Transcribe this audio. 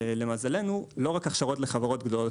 למזלנו לא רק הכשרות לחברות גדולות